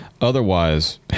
otherwise